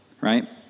right